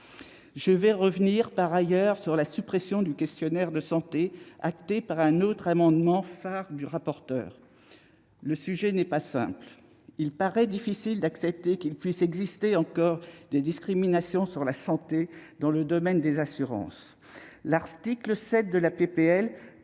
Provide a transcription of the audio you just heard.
Je veux revenir, par ailleurs, sur la suppression du questionnaire de santé, acté par un autre amendement phare du rapporteur. Le sujet n'est pas simple. Il paraît difficile d'accepter qu'il puisse exister encore des discriminations sur des critères de santé dans le domaine des assurances. L'article 7 de la proposition